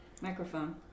microphone